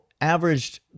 averaged